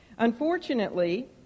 Unfortunately